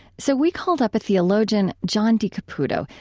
so we called up a theologian, john d. caputo,